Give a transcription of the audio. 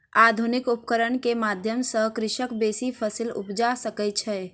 आधुनिक उपकरण के माध्यम सॅ कृषक बेसी फसील उपजा सकै छै